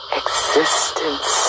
existence